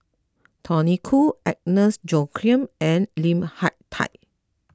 Tony Khoo Agnes Joaquim and Lim Hak Tai